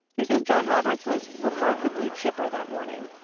he says john roberts was remarkably chipper that morning,